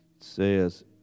Says